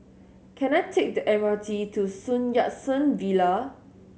can I take the M R T to Sun Yat Sen Villa